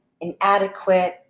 inadequate